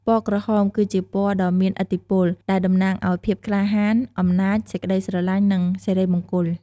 ពណ៌ក្រហម គឺជាពណ៌ដ៏មានឥទ្ធិពល ដែលតំណាងឱ្យ ភាពក្លាហាន អំណាច សេចក្ដីស្រឡាញ់ និង សិរីមង្គល។